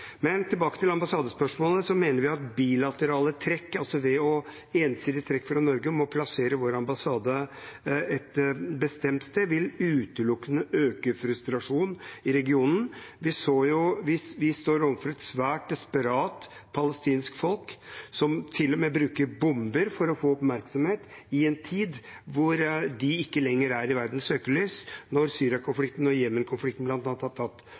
Men tilbake til ambassadespørsmålet: Vi mener at bilaterale trekk ved et ensidig trekk fra Norge om å plassere vår ambassade et bestemt sted, utelukkende vil øke frustrasjonen i regionen. Vi står overfor et svært desperat palestinsk folk, som til og med bruker bomber for å få oppmerksomhet i en tid hvor de ikke lenger er i verdens søkelys, når Syria-konflikten og Jemen-konflikten bl.a. har tatt